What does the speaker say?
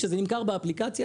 כשזה נמכר באפליקציה,